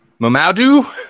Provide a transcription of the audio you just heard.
Mamadou